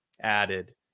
added